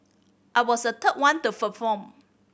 I was the third one to perform